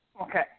Okay